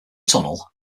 tunnel